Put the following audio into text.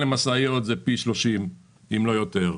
למשאיות זה פי 30, אם לא יותר.